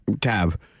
cab